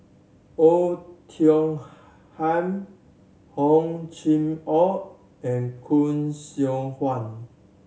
Oei Tiong Ham Hor Chim Or and Khoo Seok Wan